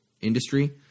industry